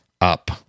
up